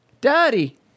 Daddy